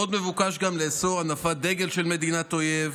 עוד מבוקש לאסור הנפת הדגל של מדינת אויב,